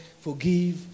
forgive